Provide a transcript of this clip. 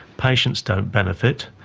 patients don't benefit,